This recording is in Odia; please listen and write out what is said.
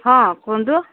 ହଁ କୁହନ୍ତୁ